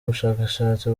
ubushakashatsi